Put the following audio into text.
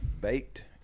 Baked